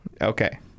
Okay